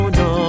no